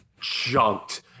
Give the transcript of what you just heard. junked